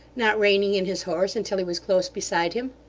not reining in his horse until he was close beside him.